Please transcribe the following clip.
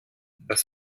das